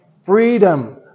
freedom